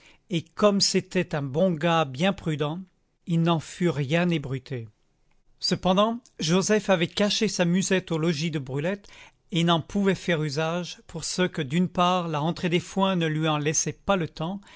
et comme c'était un bon gars bien prudent il n'en fut rien ébruité cependant joseph avait caché sa musette au logis de brulette et n'en pouvait faire usage pour ce que d'une part la rentrée des foins ne lui en laissa pas le temps